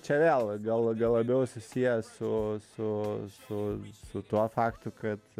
čia vėl gal gal labiau susiję su su su su tuo faktu kad